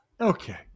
Okay